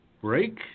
break